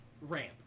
ramp